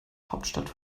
hauptstadt